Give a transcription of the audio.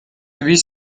erwies